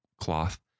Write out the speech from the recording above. cloth